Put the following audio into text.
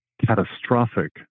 catastrophic